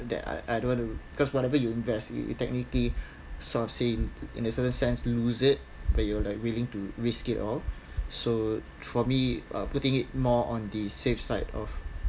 that I I don't want to because whenever you invest you technically sort of saying in a certain sense lose it but you're willing to risk it all so for me uh putting it more on the safe side of